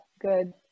good